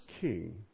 King